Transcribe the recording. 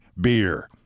beer